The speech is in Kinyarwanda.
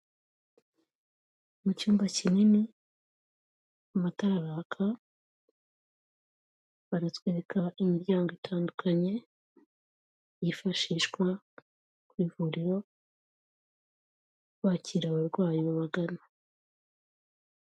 Mu cyumba kinini amatara araka, baratwereka imiryango itandukanye yifashishwa nk'ivuriro, bakira abarwayi babagana.